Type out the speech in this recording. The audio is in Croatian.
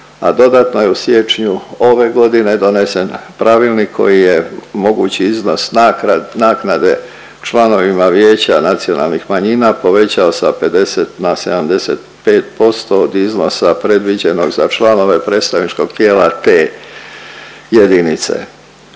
a dodatno je u siječnju ove godine donesen pravilnik koji je mogući iznos naknade članovima Vijeća nacionalnih manjina povećao sa 50 na 75% od iznosa predviđenog za članove predstavničkog tijela te jedinice.